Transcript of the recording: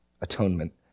atonement